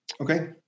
okay